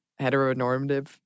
heteronormative